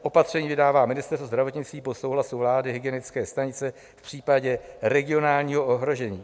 Opatření vydává Ministerstvo zdravotnictví po souhlasu vlády, hygienické stanice v případě regionálního ohrožení.